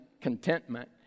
contentment